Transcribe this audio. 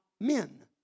men